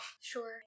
Sure